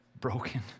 broken